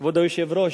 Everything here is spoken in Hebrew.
כבוד היושב-ראש,